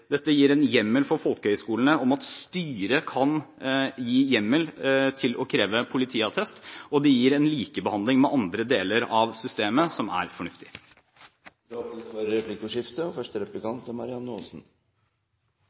Dette forslaget gir folkehøyskolene hjemmel til at styret kan kreve politiattest, og det gir en likebehandling med andre deler av systemet som er fornuftig. Det åpnes for replikkordskifte. Mitt spørsmål handler om leksehjelp, og